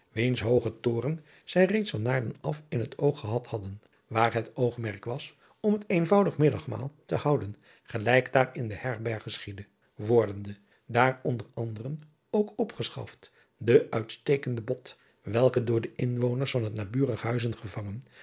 wiens hooge toren zij reeds van naarden af in het oog gehad hadden waar het oogmerk was om het eenvoudig middagmaal te houden gelijk daar in de herberg geschiedde wordende daar onder anderen ook opgeschaft de uitstekende bot welke door de inwoners van het adriaan